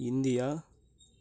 India